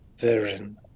therein